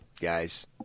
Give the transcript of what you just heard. guys